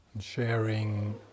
sharing